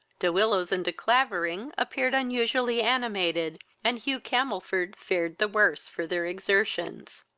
de willows and de clavering appeared unusually animated, and hugh camelford fared the worse for their exertions.